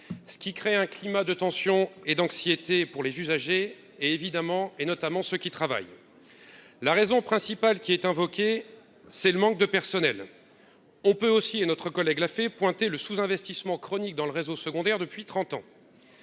ce qui crée un climat de tension et d'anxiété pour les usagers et, évidemment, et notamment ceux qui travaillent, la raison principale qui est invoqué, c'est le manque de personnel, on peut aussi et notre collègue là fait pointer le sous-investissement chronique dans le réseau secondaire depuis 30 ans,